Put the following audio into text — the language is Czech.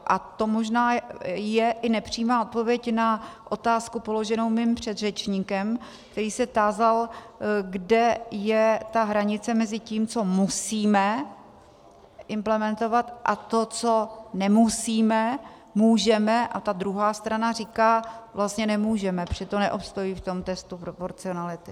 A to možná je i nepřímá odpověď na otázku položenou mým předřečníkem, který se tázal, kde je hranice mezi tím, co musíme implementovat, a tím, co nemusíme, můžeme, a ta druhá strana říká: vlastně nemůžeme, protože to neobstojí v tom testu proporcionality.